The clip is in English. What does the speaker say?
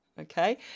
okay